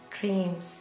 dreams